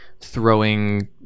throwing